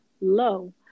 low